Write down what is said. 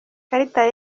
karita